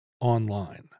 online